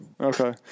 Okay